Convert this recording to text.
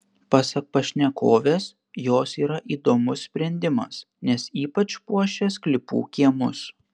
pasak pašnekovės jos yra įdomus sprendimas nes ypač puošia sklypų kiemus